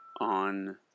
on